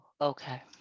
okay